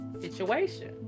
situation